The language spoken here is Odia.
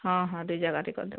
ହଁ ହଁ ଦୁଇ ଜାଗାଟେ କର୍ଦେଉଛେଁ